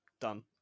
Done